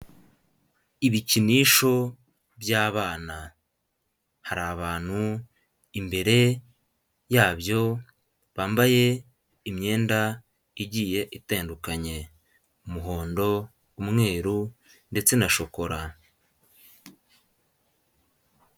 Ibikinisho by'abana hari abantu imbere yabyo bambaye imyenda igiye itandukanye; umuhondo, umweru ndetse na shokora.